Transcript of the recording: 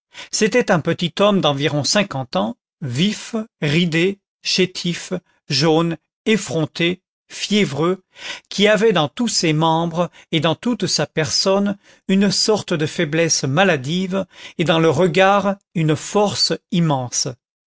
c'était un petit homme d'environ cinquante ans vif ridé chétif jaune effronté fiévreux qui avait dans tous ses membres et dans toute sa personne une sorte de faiblesse maladive et dans le regard une force immense